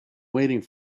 waiting